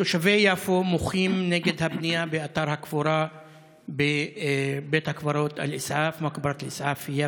תושבי יפו מוחים נגד הבנייה באתר הקבורה בבית הקברות אל-אסעאף ביאפא.